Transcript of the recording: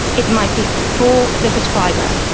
it might be for the prescriber.